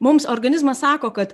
mums organizmas sako kad